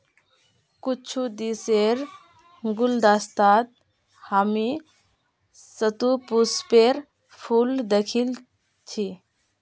कुछू विदेशीर गुलदस्तात हामी शतपुष्पेर फूल दखिल छि